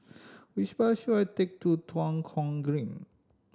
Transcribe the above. which bus should I take to Tua Kong Green